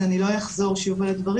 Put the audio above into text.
אז אני לא אחזור שוב על הדברים,